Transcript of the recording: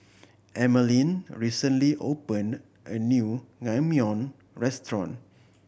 Emaline recently opened a new Naengmyeon Restaurant